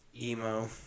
emo